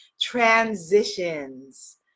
Transitions